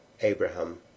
Abraham